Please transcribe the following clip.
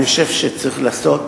אני חושב שצריך לעשות